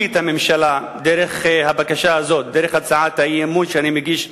את הממשלה דרך הצעת האי-אמון שאני מגיש עכשיו.